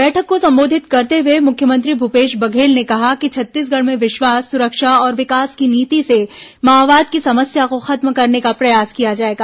बैठक को संबोधित करते हुए मुख्यमंत्री भूपेश बघेल ने कहा कि छत्तीसगढ़ में विश्वास सुरक्षा और विकास की नीति से माओवाद की समस्या को खत्म करने का प्रयास किया जाएगा